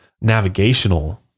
navigational